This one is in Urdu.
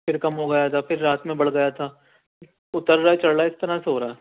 پھر کم ہو گیا تھا پھر رات میں بڑھ گیا تھا اتر رہا ہے چڑھ رہا ہے اس طرح سے ہو رہا ہے